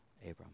Abram